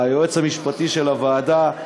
היועץ המשפטי של הוועדה,